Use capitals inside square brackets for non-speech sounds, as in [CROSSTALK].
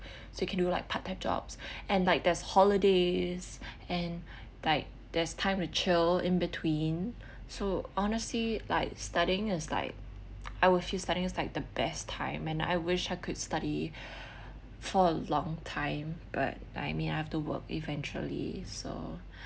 so you can do like part time jobs and like there's holidays and like there's time to chill in between so honestly like studying is like [NOISE] I would say studying it's like the best time and I wish I could study for a long time but I mean I have to work eventually so